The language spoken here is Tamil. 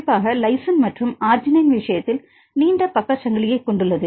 குறிப்பாக லைசின் மற்றும் அர்ஜினைன் விஷயத்தில் நீண்ட பக்க சங்கிலியைக் கொண்டுள்ளது